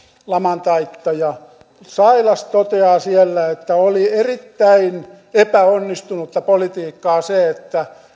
laman taittaja sailas toteaa siellä että oli erittäin epäonnistunutta politiikkaa se että